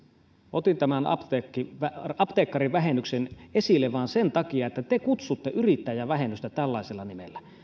otin tämän apteekkarivähennyksen esille vain sen takia että kutsutte yrittäjävähennystä tällaisella nimellä